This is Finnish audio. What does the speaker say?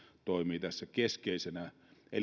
toimii tässä keskeisenä